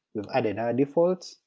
added our defaults,